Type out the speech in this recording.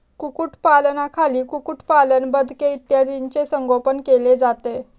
कुक्कुटपालनाखाली कुक्कुटपालन, बदके इत्यादींचे संगोपन केले जाते